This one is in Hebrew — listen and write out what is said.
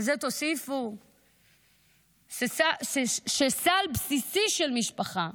על זה תוסיפו שסל בסיסי של משפחה,